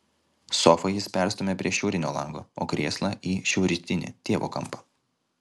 sofą jis perstumia prie šiaurinio lango o krėslą į šiaurrytinį tėvo kampą